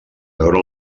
veure